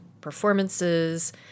performances